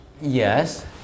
Yes